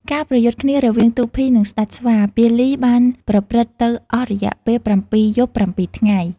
ការប្រយុទ្ធគ្នារវាងទូភី និងស្ដេចស្វា ពាលី បានប្រព្រឹត្តទៅអស់រយៈពេល៧យប់៧ថ្ងៃ។